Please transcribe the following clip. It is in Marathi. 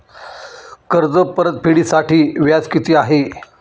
कर्ज परतफेडीसाठी व्याज किती आहे?